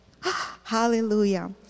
Hallelujah